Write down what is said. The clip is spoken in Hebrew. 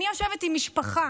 אני יושבת עם משפחה